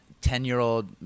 ten-year-old